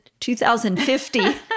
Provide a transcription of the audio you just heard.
2050